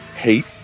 hate